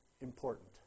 important